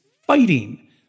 fighting